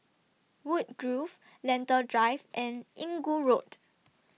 Woodgrove Lentor Drive and Inggu Road